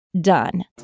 done